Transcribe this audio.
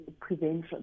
prevention